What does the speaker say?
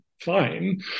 fine